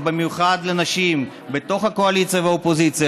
ובמיוחד לנשים בתוך הקואליציה והאופוזיציה,